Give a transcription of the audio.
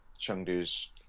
Chengdu's